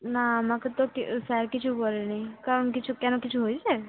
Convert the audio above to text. না আমাকে তো কে স্যার কিছু বলেনি কারণ কিছু কেন কিছু হয়েছে